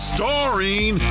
Starring